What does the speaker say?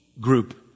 group